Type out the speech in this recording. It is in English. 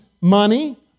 money